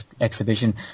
exhibition